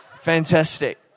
Fantastic